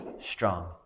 strong